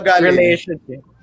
Relationship